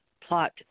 plot